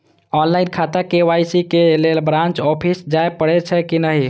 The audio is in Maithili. ऑनलाईन खाता में के.वाई.सी के लेल ब्रांच ऑफिस जाय परेछै कि नहिं?